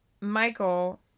michael